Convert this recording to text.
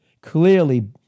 clearly